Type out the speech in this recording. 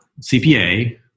CPA